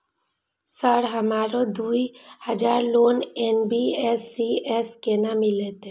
Sir हमरो दूय हजार लोन एन.बी.एफ.सी से केना मिलते?